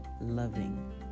loving